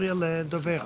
הים.